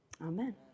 Amen